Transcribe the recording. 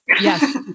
yes